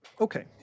Okay